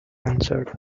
answered